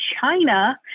China